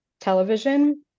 television